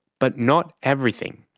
but not everything.